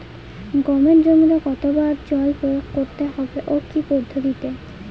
গমের জমিতে কতো বার জল প্রয়োগ করতে হবে ও কি পদ্ধতিতে?